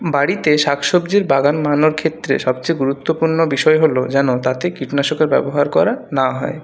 বাড়িতে শাকসবজির বাগান বানানোর ক্ষেত্রে সবচেয়ে গুরুত্বপূর্ণ বিষয় হল যেন তাতে কীটনাশকের ব্যবহার করা না হয়